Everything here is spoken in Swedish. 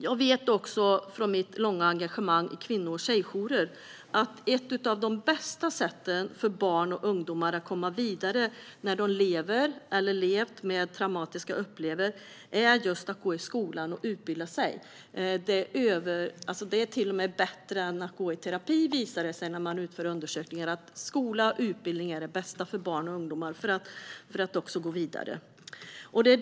Jag vet också från mitt långa engagemang i kvinno och tjejjourer att ett av de bästa sätten för barn och ungdomar att komma vidare när de lever eller har levt med traumatiska upplevelser är att gå i skolan och att utbilda sig. Undersökningar har visat att det till och med är bättre än terapi. Skola och utbildning är det bästa för barn och ungdomar för att kunna gå vidare.